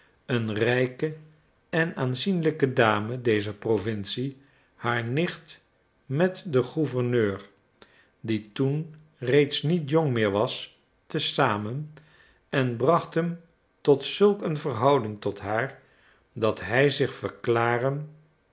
een rijke en aanzienlijke dame dezer provincie haar nicht met den gouverneur die toen reeds niet jong meer was te zamen en bracht hem tot zulk een verhouding tot haar dat hij zich verklaren